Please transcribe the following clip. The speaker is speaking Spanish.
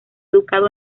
educado